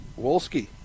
Wolski